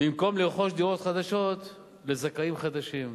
במקום לרכוש דירות חדשות לזכאים חדשים.